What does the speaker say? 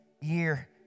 year